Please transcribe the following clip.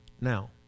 Now